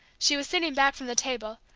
she was sitting back from the table,